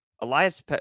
Elias